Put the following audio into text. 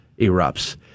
erupts